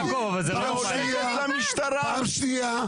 סליחה, נעמה לזימי, פעם שנייה.